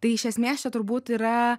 tai iš esmės čia turbūt yra